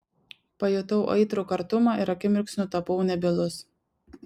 pajutau aitrų kartumą ir akimirksniu tapau nebylus